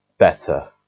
better